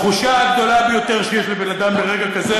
התחושה הגדולה ביותר שיש לבן אדם ברגע זה,